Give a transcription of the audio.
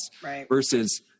versus